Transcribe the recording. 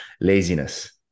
laziness